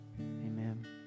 Amen